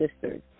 sisters